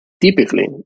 typically